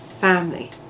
family